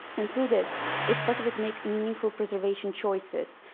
and through this it's possible to make meaningful preservation choices.